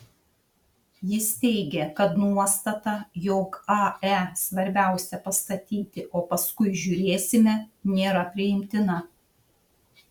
jis teigė kad nuostata jog ae svarbiausia pastatyti o paskui žiūrėsime nėra priimtina